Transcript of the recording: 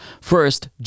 First